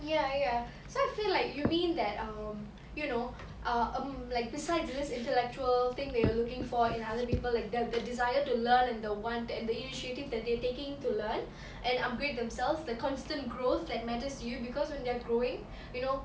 ya ya so I feel like you mean that um you know err like besides this intellectual thing that you are looking for in other people like the desire to learn and the one and the initiative that they are taking to learn and upgrade themselves the constant growth that matters to you because when they're growing you know